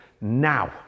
Now